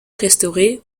restaurée